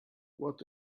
what